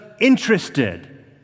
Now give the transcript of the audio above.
interested